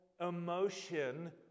emotion